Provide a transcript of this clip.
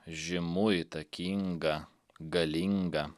žymu įtakinga galinga